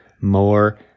more